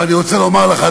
אבל אני רוצה לומר לך,